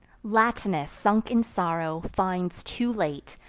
latinus, sunk in sorrow, finds too late,